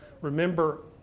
Remember